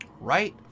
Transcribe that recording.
right